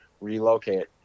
relocate